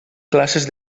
classes